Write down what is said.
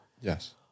Yes